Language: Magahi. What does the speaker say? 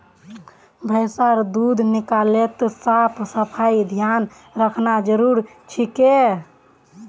भैंसेर दूध निकलाते साफ सफाईर ध्यान रखना जरूरी छिके